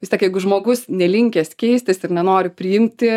vis tiek jeigu žmogus nelinkęs keistis ir nenori priimti